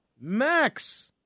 Max